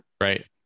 Right